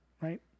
right